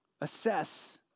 Assess